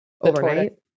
overnight